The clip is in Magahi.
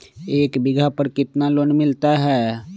एक बीघा पर कितना लोन मिलता है?